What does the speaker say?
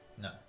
No